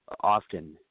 often